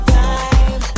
time